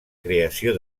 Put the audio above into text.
creació